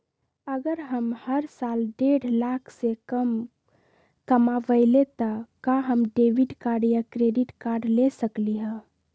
अगर हम हर साल डेढ़ लाख से कम कमावईले त का हम डेबिट कार्ड या क्रेडिट कार्ड ले सकली ह?